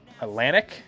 Atlantic